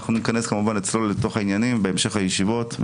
ניכנס ונצלול לתוך העניינים בהמשך הישיבות.